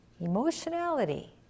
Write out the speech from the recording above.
Emotionality